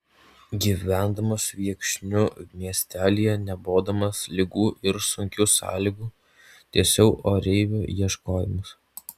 gyvendamas viekšnių miestelyje nebodamas ligų ir sunkių sąlygų tęsiau oreivio ieškojimus